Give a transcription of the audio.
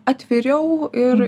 atviriau ir